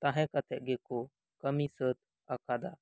ᱛᱟᱦᱮᱸ ᱠᱟᱛᱮᱫ ᱜᱮᱠᱚ ᱠᱟᱹᱢᱤ ᱥᱟᱹᱛ ᱟᱠᱟᱫᱟ